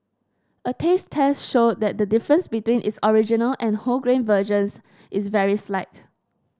a taste test showed that the difference between its original and wholegrain versions is very slight